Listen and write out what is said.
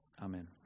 Amen